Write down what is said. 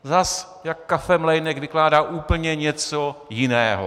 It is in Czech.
Zase jako kafemlejnek vykládá úplně něco jiného!